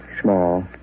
small